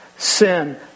Sin